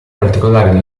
particolari